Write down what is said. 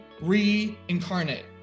reincarnate